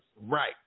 Right